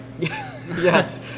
yes